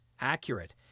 accurate